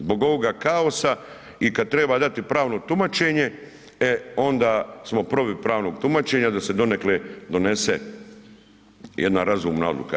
Zbog ovoga kaosa i kad treba dati pravno tumačenje, e onda smo protiv pravnog tumačenja da se donekle donese jedna razumna odluka.